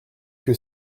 que